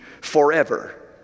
Forever